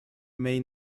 may